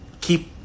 keep